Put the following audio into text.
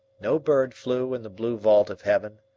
no bird flew in the blue vault of heaven,